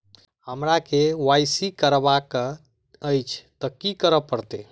हमरा केँ वाई सी करेवाक अछि तऽ की करऽ पड़तै?